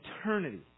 eternity